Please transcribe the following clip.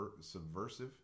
subversive